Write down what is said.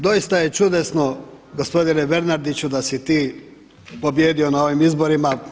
Doista je čudesno, gospodine Bernardiću, da si ti pobijedio na ovim izborima.